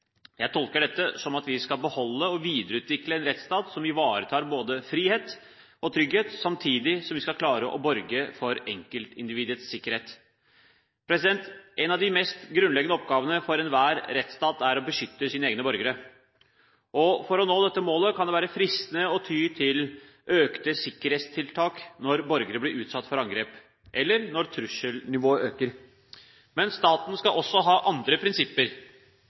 Jeg tolker dette slik at vi skal beholde, og videreutvikle, en rettsstat som ivaretar både frihet og trygghet, samtidig som vi skal klare å borge for enkeltindividets sikkerhet. En av de mest grunnleggende oppgavene for enhver rettsstat er å beskytte sine egne borgere. For å nå dette målet kan det være fristende å ty til økte sikkerhetstiltak når borgere blir utsatt for angrep, eller når trusselnivået øker. Men staten skal også ha andre prinsipper,